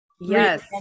Yes